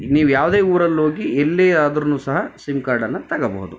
ನೀವು ಯಾವುದೇ ಊರಲ್ಲಿ ಹೋಗಿ ಎಲ್ಲೇ ಆದ್ರು ಸಹ ಸಿಮ್ ಕಾರ್ಡನ್ನು ತಗೋಬಹುದು